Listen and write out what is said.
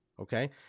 Okay